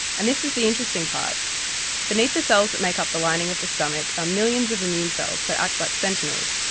and this is the interesting part beneath the cells that make up the lining of the stomach are ah millions of immune cells that act like sentinels,